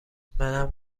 منم